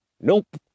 Nope